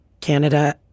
Canada